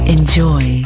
Enjoy